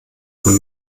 von